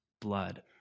blood